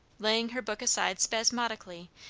laying her book aside spasmodically,